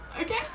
Okay